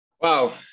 Wow